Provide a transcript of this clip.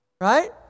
Right